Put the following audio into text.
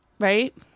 right